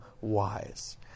wise